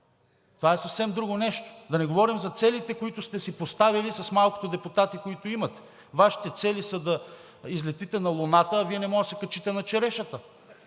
Това е съвсем друго нещо. Да не говорим за целите, които сте си поставили с малкото депутати, които имате. Вашите цели са да излетите на Луната, а Вие не може да се качите на черешата!